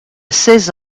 seize